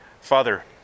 Father